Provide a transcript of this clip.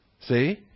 See